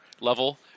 level